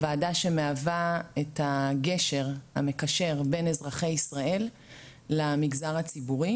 הוועדה שמהווה את הגשר המקשר בין אזרחי ישראל למגזר הציבורי,